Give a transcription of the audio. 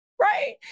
right